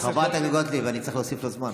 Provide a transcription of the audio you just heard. חברת הכנסת טלי גוטליב, אני צריך להוסיף לו זמן.